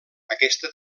aquesta